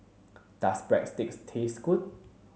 does Breadsticks taste good